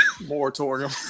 Moratorium